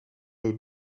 des